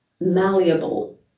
malleable